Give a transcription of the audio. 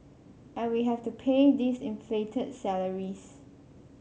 and we have to pay these inflated salaries